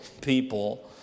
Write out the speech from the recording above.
people